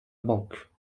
banque